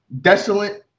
desolate